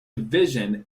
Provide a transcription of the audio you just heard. division